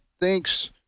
thinks